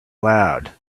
loud